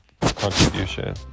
contribution